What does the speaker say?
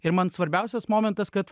ir man svarbiausias momentas kad